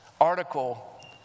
article